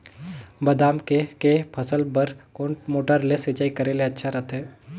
बादाम के के फसल बार कोन मोटर ले सिंचाई करे ले अच्छा रथे?